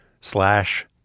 slash